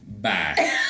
Bye